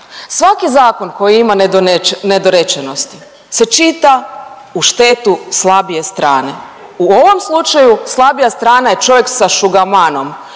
svaki zakon koji ima nedorečenosti se čita u štetu slabije strane, u ovom slučaju slabija strana je čovjek sa šugamanom